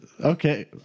Okay